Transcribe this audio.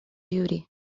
duty